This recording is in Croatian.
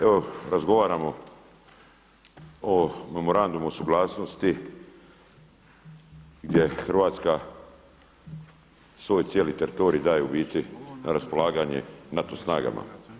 Evo razgovaramo o memorandumu o suglasnosti gdje Hrvatska svoj cijeli teritorij daje u biti na raspolaganje NATO snagama.